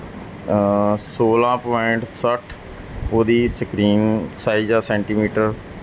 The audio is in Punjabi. ਸੋਲ੍ਹਾਂ ਪੁਆਇੰਟ ਸੱਠ ਉਹਦੀ ਸਕਰੀਨ ਸਾਈਜ ਆ ਸੈਂਟੀਮੀਟਰ